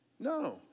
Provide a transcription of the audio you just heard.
No